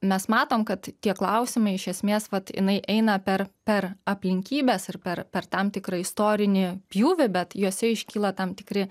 mes matom kad tie klausimai iš esmės vat jinai eina per per aplinkybes ir per per tam tikrą istorinį pjūvį bet jose iškyla tam tikri